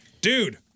Dude